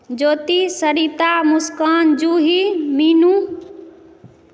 Jyoti Sarita Muskan Juhi Meenu